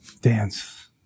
dance